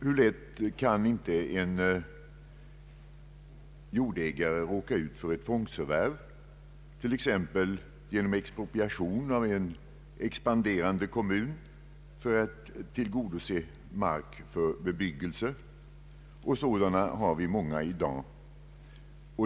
Hur lätt kan inte en jordägare råka ut för ett tvångsförvärv, t.ex. genom expropriation av en expanderande kommun för tillgodoseende av markbehov för bebyggelse — och sådana har vi många i dag.